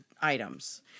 items